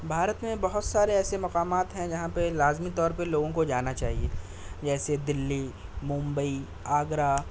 بھارت میں بہت سارے ایسے مقامات ہیں جہاں پہ لازمی طور پہ لوگوں کو جانا چاہیے جیسے دلّی ممبئی آگرہ